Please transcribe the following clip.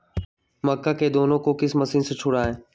मक्का के दानो को किस मशीन से छुड़ाए?